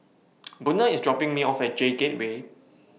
Buna IS dropping Me off At J Gateway